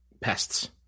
pests